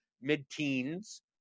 mid-teens